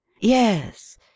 Yes